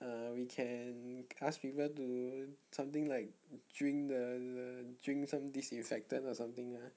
err we can ask people to something like drink the the drink some disinfectant or something ah